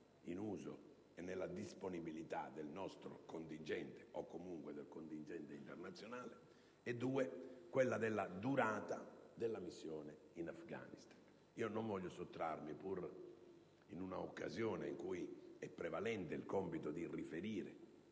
in uso e nella disponibilità del nostro contingente, o comunque del contingente internazionale, e quella inerente la durata della missione in Afghanistan. Pur in un'occasione in cui è prevalente il compito di riferire